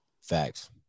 Facts